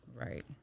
Right